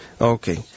Okay